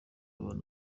ababana